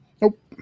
Nope